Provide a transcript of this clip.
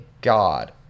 God